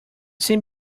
scene